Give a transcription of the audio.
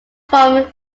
from